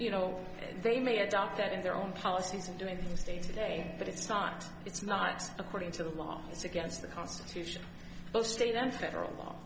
you know they may adopt that in their own policies and doing things day to day but it's not it's not according to the law it's against the constitution both state and federal law